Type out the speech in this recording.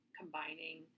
combining